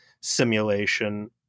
simulation